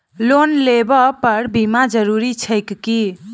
Loan लेबऽ पर बीमा जरूरी छैक की?